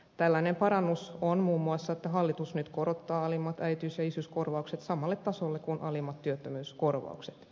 tällainen parannus on muun muassa että hallitus nyt korottaa alimmat äitiys ja isyyskorvaukset samalle tasolle kuin alimmat työttömyyskorvaukset